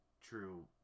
true